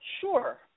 Sure